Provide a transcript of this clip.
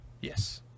yes